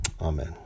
Amen